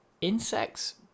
insects